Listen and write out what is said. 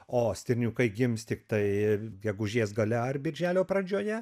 o stirniukai gims tiktai gegužės gale ar birželio pradžioje